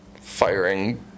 firing